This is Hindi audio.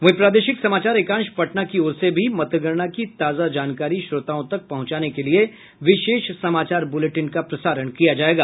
वहीं प्रादेशिक समाचार एकांश पटना की ओर से भी मतगणना की ताजा जानकारी श्रोताओं तक पहुंचाने के लिये विशेष समाचार बुलेटिन का प्रसारण किया जायेगा